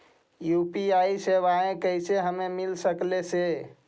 UPI सेवाएं कैसे हमें मिल सकले से?